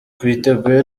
twiteguye